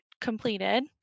completed